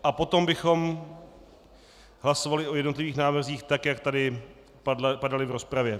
A potom bychom hlasovali o jednotlivých návrzích tak, jak tady padaly v rozpravě.